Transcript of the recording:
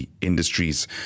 industries